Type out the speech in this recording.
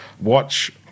watch